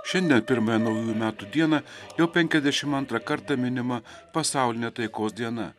šiandien pirmąją naujųjų metų dieną jau penkiasdešim antrą kartą minima pasaulinė taikos diena